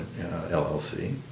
LLC